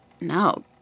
No